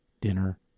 Dinner